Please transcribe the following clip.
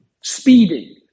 speeding